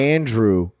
Andrew